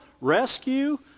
rescue